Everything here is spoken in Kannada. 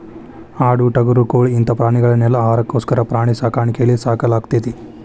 ಆಡು ಟಗರು ಕೋಳಿ ಇಂತ ಪ್ರಾಣಿಗಳನೆಲ್ಲ ಆಹಾರಕ್ಕೋಸ್ಕರ ಪ್ರಾಣಿ ಸಾಕಾಣಿಕೆಯಲ್ಲಿ ಸಾಕಲಾಗ್ತೇತಿ